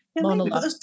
monologue